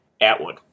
Atwood